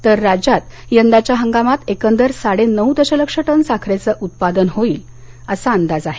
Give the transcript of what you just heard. तर राज्यात यंदाच्या हंगामात एकंदर साडेनऊ दशलक्ष टन साखरेच उत्पादन होईल असा अंदाज आहे